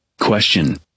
Question